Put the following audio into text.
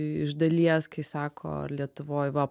iš dalies kai sako lietuvoj va